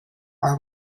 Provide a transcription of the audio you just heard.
are